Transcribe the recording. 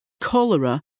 cholera